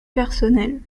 personnel